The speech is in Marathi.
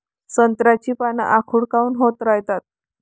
संत्र्याची पान आखूड काऊन होत रायतात?